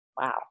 Wow